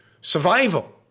survival